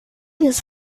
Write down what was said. his